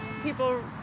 people